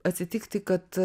atsitikti kad